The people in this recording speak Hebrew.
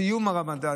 סיום הרמדאן,